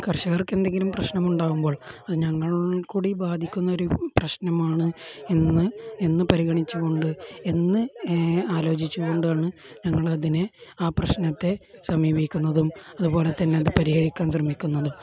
കർഷകർക്ക് എന്തെങ്കിലും പ്രശ്നമുണ്ടാകുമ്പോൾ അത് ഞങ്ങൾ കൂടി ബാധിക്കുന്ന ഒരു പ്രശ്നമാണ് എന്ന് എന്ന് പരിഗണിച്ച് കൊണ്ട് എന്ന് ആലോചിച്ച് കൊണ്ടാണ് ഞങ്ങൾ അതിനെ ആ പ്രശ്നത്തെ സമീപിക്കുന്നതും അതുപോലെ തന്നെ അത് പരിഹരിക്കാൻ ശ്രമിക്കുന്നതും